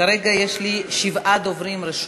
כרגע יש לי שבעה דוברים רשומים.